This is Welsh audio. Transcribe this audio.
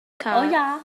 car